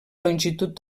longitud